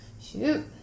Shoot